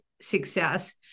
success